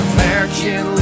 American